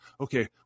Okay